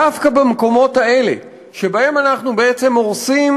דווקא במקומות האלה שבהם אנחנו בעצם הורסים